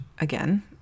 again